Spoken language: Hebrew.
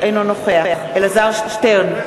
אינו נוכח אלעזר שטרן,